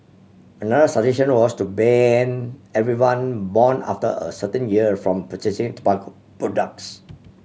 another suggestion was to ban everyone born after a certain year from purchasing tobacco products